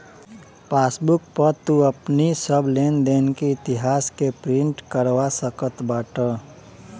passbook पअ तू अपनी सब लेनदेन के इतिहास के प्रिंट करवा सकत बाटअ